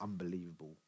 unbelievable